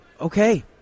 okay